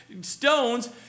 stones